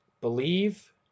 believe